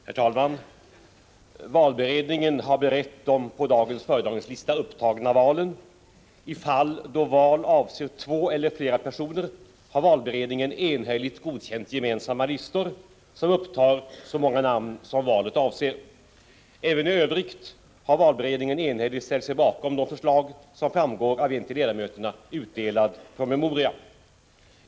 Herr talman! Valberedningen har berett de på dagens föredragningslista upptagna valen. I de fall då val avser två eller flera personer har valberedningen enhälligt godkänt gemensamma listor, som upptar så många namn som valet avser. Även i övrigt har valberedningen enhälligt ställt sig bakom de förslag som framgår av en till ledamöterna utdelad promemoria.